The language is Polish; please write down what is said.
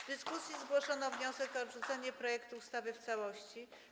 W dyskusji zgłoszono wniosek o odrzucenie projektu ustawy w całości.